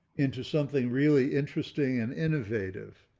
into something really interesting and innovative.